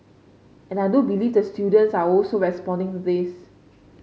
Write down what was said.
and I do believe the students are also responding to this